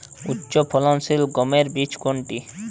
উচ্চফলনশীল গমের বীজ কোনটি?